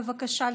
בבקשה.